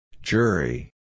Jury